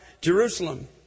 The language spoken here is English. Jerusalem